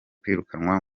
kwirukanwa